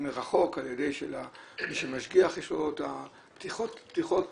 מרחוק על ידי משגיח שיש לו את הפתיחות מרחוק,